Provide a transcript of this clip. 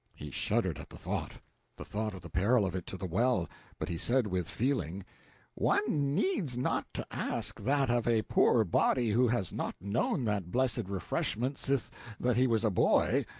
he shuddered at the thought the thought of the peril of it to the well but he said with feeling one needs not to ask that of a poor body who has not known that blessed refreshment sith that he was a boy.